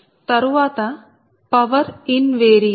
తరువాత power invariance